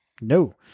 no